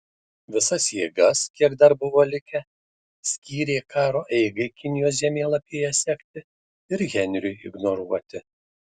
visas jėgas kiek dar buvo likę skyrė karo eigai kinijos žemėlapyje sekti ir henriui ignoruoti